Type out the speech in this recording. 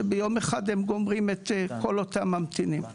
שביום אחד הם גומרים את כל אותם ממתינים.